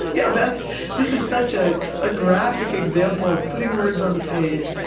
yeah, that's this is such a ah graphic example putting words on the page.